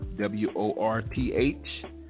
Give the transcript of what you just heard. W-O-R-T-H